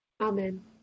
Amen